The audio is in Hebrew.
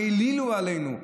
מה העלילו עלינו,